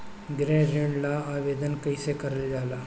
गृह ऋण ला आवेदन कईसे करल जाला?